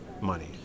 money